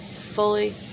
fully